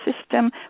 system